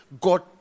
God